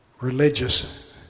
religious